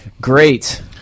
Great